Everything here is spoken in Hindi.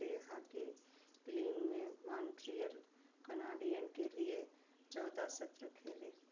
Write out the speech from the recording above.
उन्होंने राष्ट्रीय हॉकी लीग में मॉन्ट्रियल कनाडियन के लिए चौदह सत्र खेले